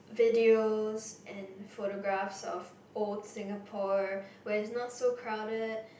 videos and photographs of old Singapore where it's not so crowded